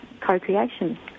co-creation